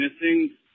missing